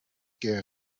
que